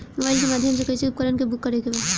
Mobile के माध्यम से कैसे उपकरण के बुक करेके बा?